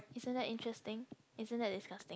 isn't that interesting isn't that disgusting